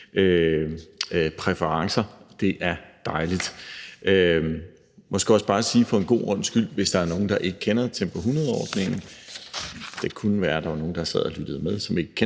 feriepræferencer. Det er dejligt. Jeg skal måske også bare for en god ordens skyld, hvis der er nogen, der ikke kender Tempo 100-ordningen – det kunne være, at der var nogle, der sad og lyttede med, som ikke kendte